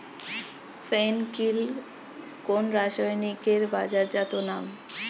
ফেন কিল কোন রাসায়নিকের বাজারজাত নাম?